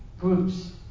Groups